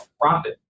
profit